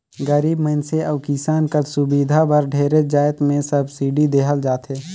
गरीब मइनसे अउ किसान कर सुबिधा बर ढेरे जाएत में सब्सिडी देहल जाथे